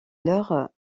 leurs